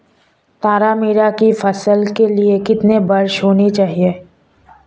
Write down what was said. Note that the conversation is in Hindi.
तारामीरा की फसल के लिए कितनी वर्षा होनी चाहिए?